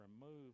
remove